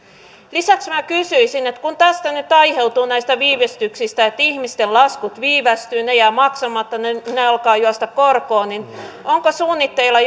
lisäksi minä kysyisin kun tästä nyt aiheutuu näistä viivästyksistä että ihmisten laskut viivästyvät ne jäävät maksamatta ne alkavat juosta korkoa niin onko suunnitteilla